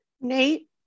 Nate